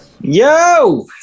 Yo